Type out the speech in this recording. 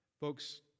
folks